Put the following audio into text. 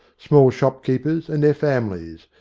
small shopkeepers and their families,